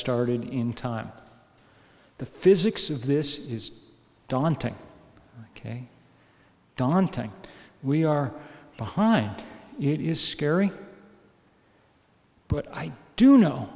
started in time the physics of this is daunting ok daunting we are behind it is scary but i do know